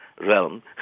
realm